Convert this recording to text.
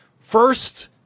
First